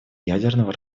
ядерного